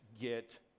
get